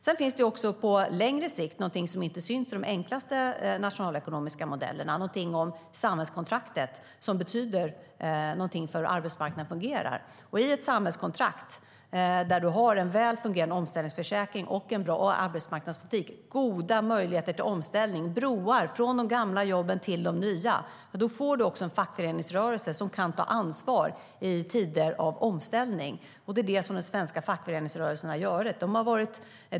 Sedan finns det på längre sikt något som inte syns i de enklaste nationalekonomiska modellerna, någonting om samhällskontraktet som betyder något för hur arbetsmarknaden fungerar. Med ett samhällskontrakt med en väl fungerande omställningsförsäkring och med en bra arbetsmarknadspolitik har du goda möjligheter till omställning - broar från de gamla jobben till de nya. Då får vi också en fackföreningsrörelse som kan ta ansvar i tider av omställning, och det är det som den svenska fackföreningsrörelsen har gjort.